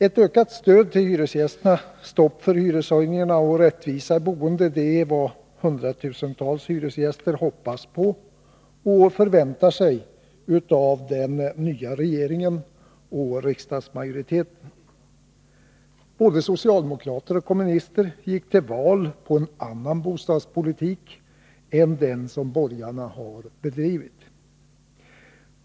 Ett ökat stöd till hyresgästerna, stopp för hyreshöjningarna och rättvisa i boendet är vad hundratusentals hyresgäster hoppas på och förväntar sig av den nya regeringen och riksdagsmajoriteten. Både socialdemokrater och kommunister gick till val på en annan bostadspolitik än den som borgarna bedrivit.